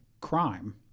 crime